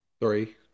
Three